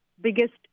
biggest